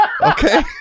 okay